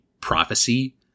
prophecy